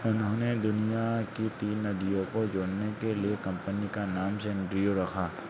उन्होंने दुनिया की तीन नदियों को जोड़ने के लिए कंपनी का नाम सैनरियो रखा